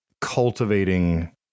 cultivating